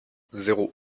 zéro